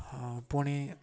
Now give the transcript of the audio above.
ହଁ ପୁଣି